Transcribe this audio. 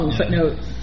footnotes